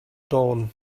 dawn